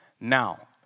Now